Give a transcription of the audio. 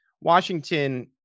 Washington